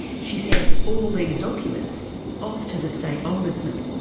she sent all these documents off to the state ombudsman.